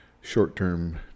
short-term